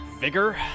vigor